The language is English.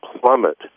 plummet